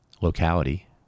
locality